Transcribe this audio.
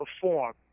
perform